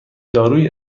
دارویی